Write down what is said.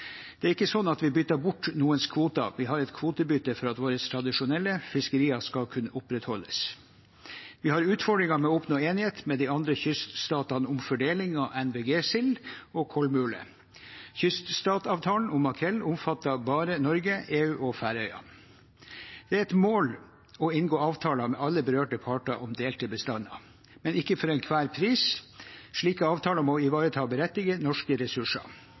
Det er ikke sånn at vi bytter bort noens kvoter; vi har et kvotebytte for at våre tradisjonelle fiskerier skal kunne opprettholdes. Vi har utfordringer med å oppnå enighet med de andre kyststatene om fordeling av NVG-sild og kolmule. Kyststatavtalen om makrell omfatter bare Norge, EU og Færøyene. Det er et mål å inngå avtaler med alle berørte parter om delte bestander, men ikke for enhver pris. Slike avtaler må ivareta og berettige norske ressurser.